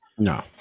No